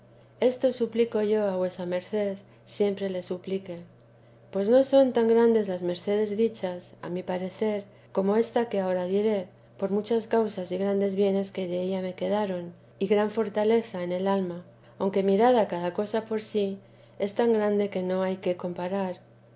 esto suplico yo a vuesa merced siempre lo suplique pues no son tan grandes las mercedes dichas a mi parecer como ésta que ahora diréj por muchas causas y grandes bienes que della me quedaron y gran fortaleza en el alma aunque mirada cada cosa por sí es tan grande que no hay que comparar